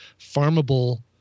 farmable